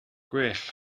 gwell